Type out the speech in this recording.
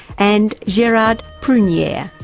and gerard prunier,